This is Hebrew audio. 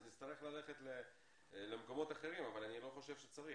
נצטרך ללכת למקומות אחרים אבל אני לא חושב שצריך